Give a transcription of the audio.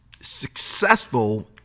successful